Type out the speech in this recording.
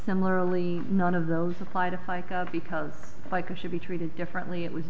similarly none of those apply to fica because like it should be treated differently it was